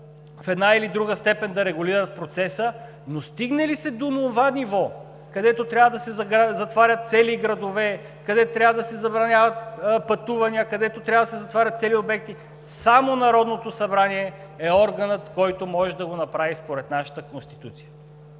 в една или друга степен да регулират процеса, но стигне ли се до онова ниво, където трябва да се затварят цели градове, където трябва да се забраняват пътувания, където трябва да се затварят цели обекти, само Народното събрание е органът, който може да го направи, според нашата Конституция.